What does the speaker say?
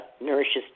nourishes